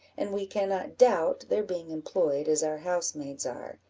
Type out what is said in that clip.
and we cannot doubt their being employed as our housemaids are,